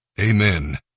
Amen